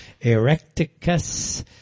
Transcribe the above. Erecticus